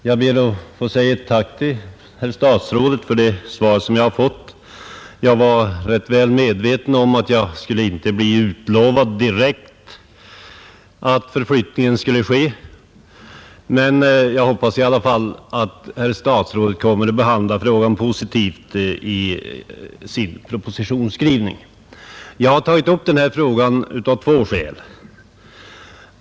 Herr talman! Jag ber att få tacka försvarsministern för det svar jag här har fått. Jag var medveten om att jag inte skulle få något direkt löfte att den förflyttning det här gäller skulle komma till stånd, men jag hoppas ändå att herr statsrådet kommer att behandla den frågan positivt, när han skriver propositionen. Jag har tagit upp denna fråga av två skäl.